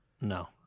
no